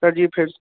sir ji फेर